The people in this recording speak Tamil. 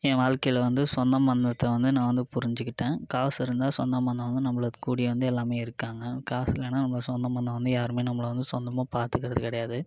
என் வாழ்க்கையில வந்து சொந்தம் பந்தத்தை வந்து நான் வந்து புரிஞ்சிக்கிட்டேன் காசு இருந்தால் சொந்தம் பந்தம் வந்து நம்மளை கூடி வந்து எல்லாமே இருக்காங்க காசு இல்லைன்னா நம்ம சொந்தம் பந்தம் வந்து யாருமே நம்மளை வந்து சொந்தமாக பார்த்துக்கறது கிடையாது